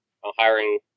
hiring